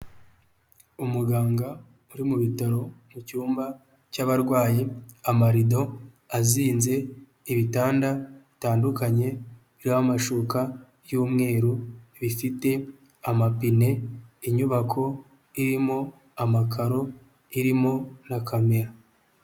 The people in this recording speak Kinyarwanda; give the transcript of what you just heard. Umuganga uri mu bitaro mu cyumba cy'abarwayi, amarido azinze, ibitanda bitandukanye biriho amashuka y'umweru, bifite amapine, inyubako irimo amakaro irimo na kamera.